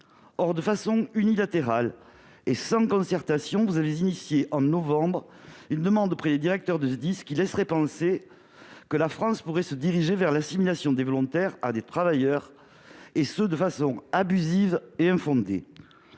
le ministre de l'intérieur, vous avez initié, en novembre, une demande auprès des directeurs de SDIS qui laisse penser que la France pourrait se diriger vers l'assimilation des volontaires à des travailleurs, et ce de façon abusive et infondée.